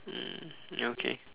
mm ya okay